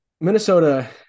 minnesota